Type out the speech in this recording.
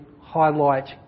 highlight